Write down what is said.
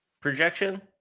projection